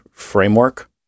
framework